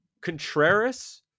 Contreras